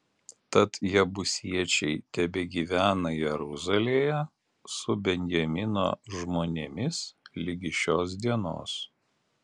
tad jebusiečiai tebegyvena jeruzalėje su benjamino žmonėmis ligi šios dienos